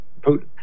Putin